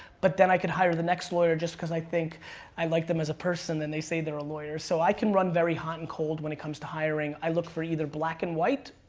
but then i can hire the next lawyer just cuz i think i like them as a person and they say they're a lawyer. so i can run very hot and cold when it comes to hiring. i look for either black and white,